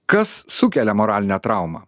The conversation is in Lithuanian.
kas sukelia moralinę traumą